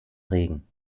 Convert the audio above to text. regen